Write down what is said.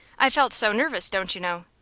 i felt so nervous, don't you know?